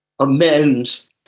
amends